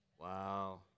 Wow